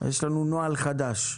יש לנו נוהל חדש.